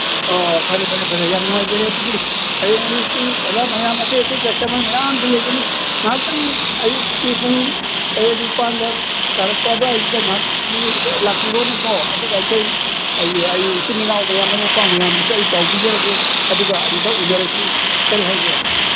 ꯑꯣ ꯐꯔꯦ ꯐꯔꯦ ꯐꯔꯦ ꯌꯥꯝ ꯅꯨꯡꯉꯥꯏꯖꯔꯦ ꯑꯗꯨꯗꯤ ꯍꯌꯦꯡ ꯑꯌꯨꯛꯁꯤ ꯑꯣꯖꯥ ꯃꯌꯥꯝ ꯑꯇꯩ ꯑꯇꯩ ꯀꯁꯇꯃꯔ ꯃꯌꯥꯝꯁꯨ ꯂꯩꯒꯅꯤ ꯉꯥꯏꯍꯥꯛꯇꯪ ꯑꯌꯨꯛꯀꯤ ꯄꯨꯡ ꯇꯔꯦꯠ ꯅꯤꯄꯥꯜꯒ ꯇꯥꯔꯛꯄ ꯑꯗꯨꯋꯥꯏꯁꯤꯗ ꯉꯥꯏꯍꯥꯛꯇꯪꯗꯤ ꯂꯥꯛꯄꯤꯔꯣꯅꯦꯀꯣ ꯑꯗꯨꯒ ꯑꯩꯈꯣꯏ ꯑꯩꯒꯤ ꯏꯆꯤꯟ ꯏꯅꯥꯎ ꯃꯌꯥꯝ ꯃꯔꯨꯞ ꯃꯄꯥꯡ ꯃꯌꯥꯝꯗꯁꯨ ꯑꯩ ꯄꯥꯎ ꯄꯤꯖꯔꯒꯦ ꯑꯗꯨꯒ ꯑꯗꯨꯗ ꯎꯅꯔꯁꯤ ꯀꯔꯤ ꯍꯥꯏꯒꯦ